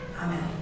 Amen